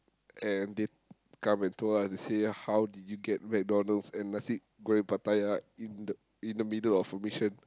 and they come and told us to say how did you get McDonald's and nasi-goreng-Pattaya in the in the middle of a mission